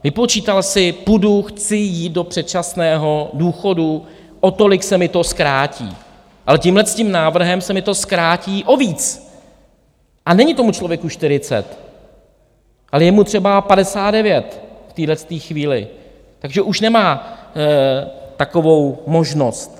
Vypočítal si: půjdu, chci jít do předčasného důchodů, o tolik se mi to zkrátí, ale tímhletím návrhem se mi to zkrátí o víc, a není tomu člověku čtyřicet, ale je mu třeba padesát devět v téhle chvíli, takže už nemá takovou možnost.